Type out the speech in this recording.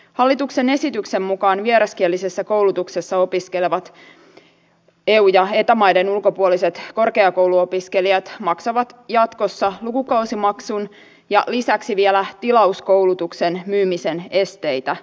hallituksen esityksen mukaan vieraskielisessä koulutuksessa opiskelevat eu ja eta maiden ulkopuoliset korkeakouluopiskelijat maksavat jatkossa lukukausimaksun ja lisäksi vielä tilauskoulutuksen myymisen esteitä puretaan